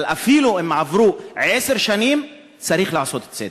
אבל אפילו אם עברו עשר שנים צריך לעשות צדק.